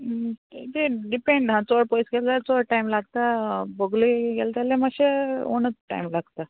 तें डिपेंड आहा चोड पोयस गेल जाल्यार चोड टायम लागता बोगले गेल जाल्यार मातशे उण टायम लागता